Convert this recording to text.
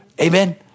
Amen